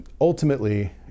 ultimately